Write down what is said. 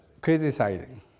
Criticizing